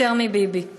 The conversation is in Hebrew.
יותר מביבי";